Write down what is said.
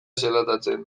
zelatatzen